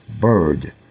bird